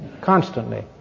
constantly